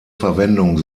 verwendung